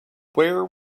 where